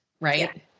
right